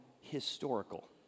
historical